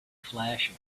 flash